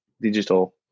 digital